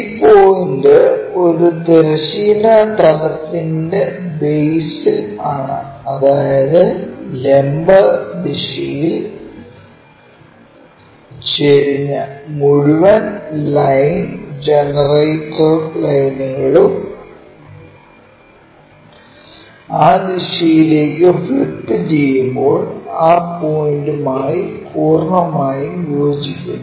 ഈ പോയിന്റ് ഒരു തിരശ്ചീന തലത്തിന്റെ ബേസിൽ ആണ് അതായത് ലംബ ദിശയിൽ ചെരിഞ്ഞ മുഴുവൻ ലൈൻ ജനറേറ്റർ ലൈനുകളും ആ ദിശയിലേക്ക് ഫ്ലിപ്പുചെയ്യുമ്പോൾ ആ പോയിന്റുമായി പൂർണ്ണമായും യോജിക്കുന്നു